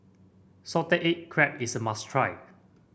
Salted Egg Crab is a must try